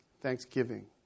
thanksgiving